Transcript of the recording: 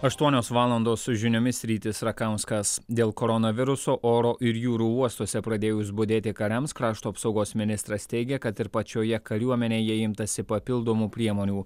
aštuonios valandos su žiniomis rytis rakauskas dėl koronaviruso oro ir jūrų uostuose pradėjus budėti kariams krašto apsaugos ministras teigia kad ir pačioje kariuomenėje imtasi papildomų priemonių